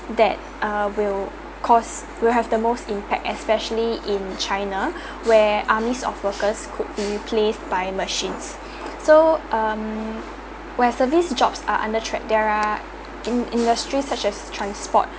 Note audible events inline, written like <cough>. that uh will cost will have the most impact especially in china <breath> where armies of workers could be replaced by machines <breath> so um where service jobs are under threa~ they are in~ industry such as transport